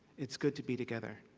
it is good to be together.